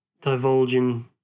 Divulging